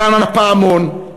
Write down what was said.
גן-הפעמון,